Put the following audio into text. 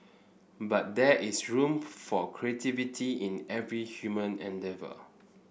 but there is room for creativity in every human endeavour